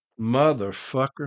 Motherfucker